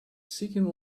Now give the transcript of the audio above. seeking